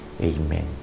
Amen